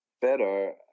better